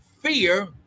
fear